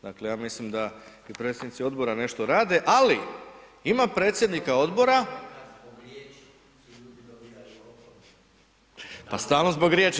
Dakle ja mislim da i predsjednici odbora nešto rade, ali ima predsjednika odbora … [[Upadica se ne razumije.]] pa stalno zbog riječi.